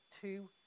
two